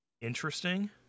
interesting